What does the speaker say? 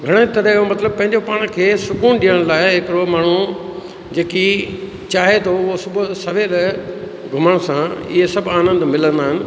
घणेई तरह जो मतिलबु पंहिंजो पाण खे सुक़ून ॾियण लाइ हिकिड़ो माण्हू जेकी चाहे थो उहो सुबुह जो सवेल घुमण सां इहे सभु आनंद मिलंदा आहिनि